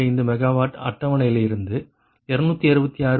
55 MW அட்டவணையிலிருந்து 266